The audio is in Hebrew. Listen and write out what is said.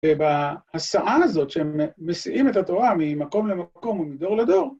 בהסעה הזאת שהם מסיעים את התורה ממקום למקום ומדור לדור.